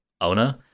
owner